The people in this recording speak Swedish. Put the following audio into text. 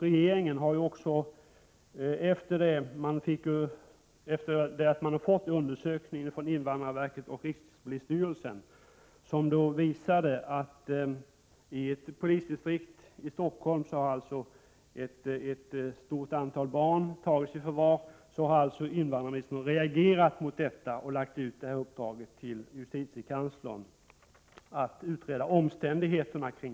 Efter att ha fått undersökningen från invandrarverket och rikspolisstyrelsen, som visade att i ett polisdistrikt i Stockholm har ett stort antal barn tagits i förvar, har invandrarministern reagerat och lagt ut uppdraget till justitiekanslern att utreda omständigheterna.